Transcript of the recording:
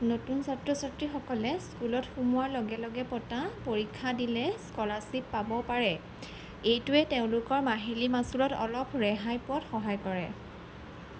নতুন ছাত্ৰ ছাত্ৰীসকলে স্কুলত সোমোৱাৰ লগে লগে পতা পৰীক্ষা দিলে স্কলাৰশ্বিপ পাব পাৰে এইটোৱে তেওঁলোকৰ মাহিলী মাচুলত অলপ ৰেহাই পোৱাত সহায় কৰে